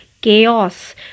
chaos